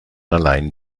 allein